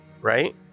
Right